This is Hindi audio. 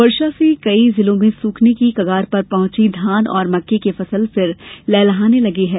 बारिश से कई जिलों में सूखने की कगार पर पहुंची धान और मक्के की फसल फिर लहलहाने लगी है